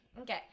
Okay